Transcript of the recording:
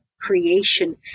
creation